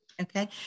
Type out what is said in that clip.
Okay